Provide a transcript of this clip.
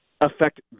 affect